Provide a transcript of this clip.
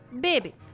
Baby